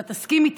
אתה תסכים איתי